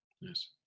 Yes